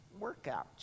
workouts